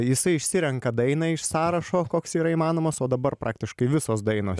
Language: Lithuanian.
jisai išsirenka dainą iš sąrašo koks yra įmanomas o dabar praktiškai visos dainos